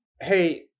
Hey